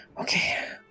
Okay